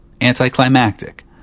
anticlimactic